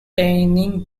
attaining